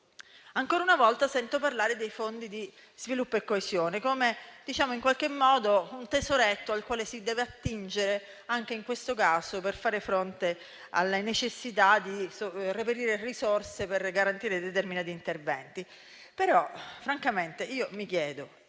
Ancora una volta, sento parlare dei fondi di sviluppo e coesione, come un tesoretto al quale si deve attingere, anche in questo caso, per far fronte alla necessità di reperire risorse per garantire determinati interventi. Tuttavia, francamente mi chiedo